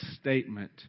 statement